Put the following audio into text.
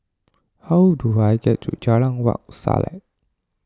how do I get to Jalan Wak Selat